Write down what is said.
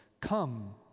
come